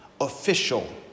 official